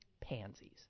pansies